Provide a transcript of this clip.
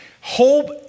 Hope